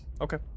Okay